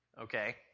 okay